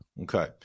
Okay